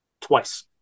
Twice